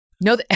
No